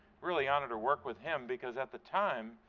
really honor to work with him because at the time,